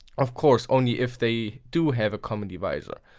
of course only if they do have a common divisor.